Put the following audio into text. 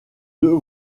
deux